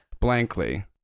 blankly